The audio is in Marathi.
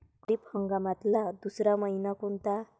खरीप हंगामातला दुसरा मइना कोनता?